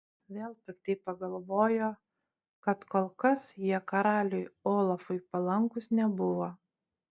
vėl piktai pagalvojo kad kol kas jie karaliui olafui palankūs nebuvo